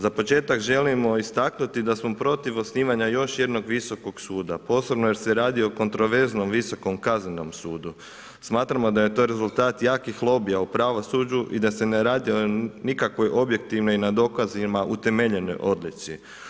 Za početak želimo istaknuti da smo protiv osnivanja još jednog visokog suda, posebno jer se radi o kontroverznom visokom kaznenom sudu, smatramo da je to rezultat jakih lobija u pravosuđu i da se ne radi o nikakvoj objektivnoj i na dokazima utemeljenoj odluci.